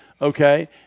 okay